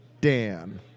Dan